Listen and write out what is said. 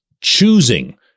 choosing